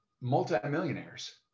multimillionaires